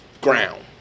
ground